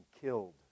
killed